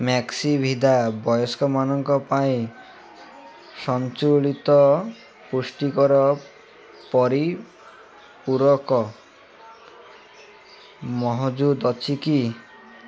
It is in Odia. ମ୍ୟାକ୍ସଭିଦା ବୟସ୍କମାନଙ୍କ ପାଇଁ ସନ୍ତୁଳିତ ପୁଷ୍ଟିକର ପରିପୂରକ ମହଜୁଦ ଅଛି କି